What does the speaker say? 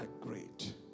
great